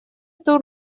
эту